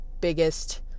biggest